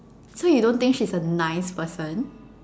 so you don't think she's a nice person